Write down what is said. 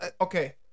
Okay